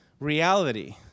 reality